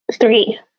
Three